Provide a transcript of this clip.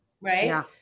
Right